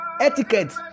etiquette